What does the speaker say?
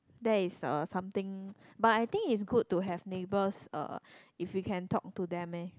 that is uh something but I think it's good to have neighbors uh if you can talk to them eh